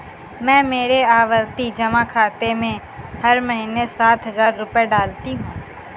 मैं मेरे आवर्ती जमा खाते में हर महीने सात हजार रुपए डालती हूँ